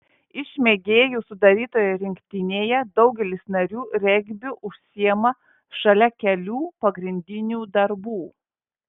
iš mėgėjų sudarytoje rinktinėje daugelis narių regbiu užsiima šalia kelių pagrindinių darbų